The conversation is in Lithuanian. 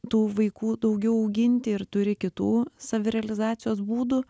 tų vaikų daugiau auginti ir turi kitų savirealizacijos būdų